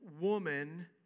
woman